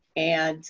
and